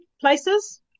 places